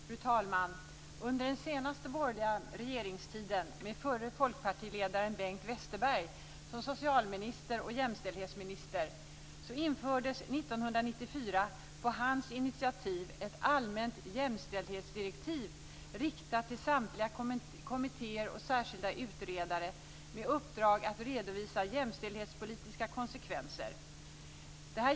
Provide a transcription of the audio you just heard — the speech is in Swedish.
Fru talman! Under den senaste borgerliga regeringstiden med förre folkpartiledaren Bengt Westerberg som socialminister och jämställdhetsminister infördes 1994 på hans initiativ ett allmänt jämställdhetsdirektiv riktat till samtliga kommittéer och särskilda utredare med uppdrag att redovisa jämställdhetspolitiska konsekvenser.